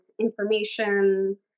information